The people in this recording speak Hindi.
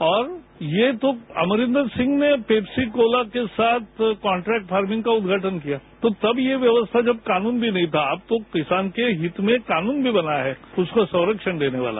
और ये तो अमरिन्दर सिंह ने पेप्सीकोला के साथ कान्ट्रेक्ट फार्मिंग का उद्घाटन किया तो तब यह व्यवस्था जब कानून भी नहीं था अब तो किसान के हित में कानून भी बना है उसको संरक्षण देने वाला